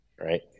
right